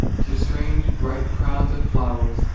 to strange, bright crowds of flowers,